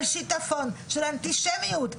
על שטפון של אנטישמיות.